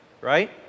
right